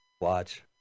Watch